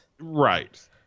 Right